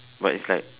but it's like